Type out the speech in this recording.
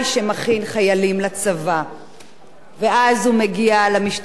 ואז הוא מגיע למשטרה ומבקש אישור לעבוד כמאבטח.